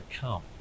come